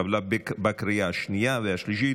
התקבלה בקריאה השנייה והשלישית,